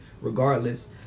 regardless